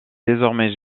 désormais